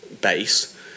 base